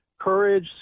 courage